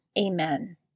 Amen